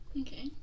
Okay